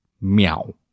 meow